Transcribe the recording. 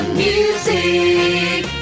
music